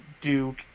Duke